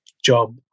Job